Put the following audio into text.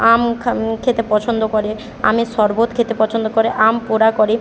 আম খা খেতে পছন্দ করে আমের শরবত খেতে পছন্দ করে আম পোড়া করে